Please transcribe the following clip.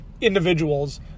individuals